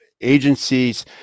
agencies